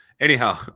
anyhow